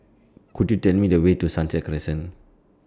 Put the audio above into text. Could YOU Tell Me The Way to Sunset Crescent